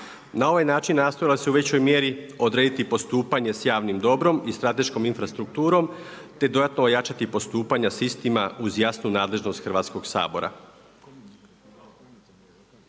Na ovaj način nastojala su u većoj mjeri odrediti postupanje sa javnim dobrom i strateškom infrastrukturom te dodatno ojačati postupanja sa istima uz jasnu nadležnost Hrvatskoga sabora.